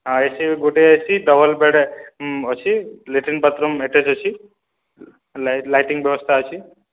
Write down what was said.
ହଁ A C ଗୁଟେ A C double bed ଅଛେ ଲେଟ୍ରିଂ ବାଥ୍ରୁମ୍ ଏଟାଚ୍ ଅଛେ ଲାଇଟ୍ ଲାଇଟିଙ୍ଗ୍ ବ୍ୟବସ୍ଥା ଅଛେ